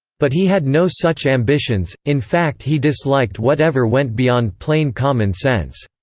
but he had no such ambitions in fact he disliked whatever went beyond plain common sense.